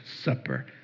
supper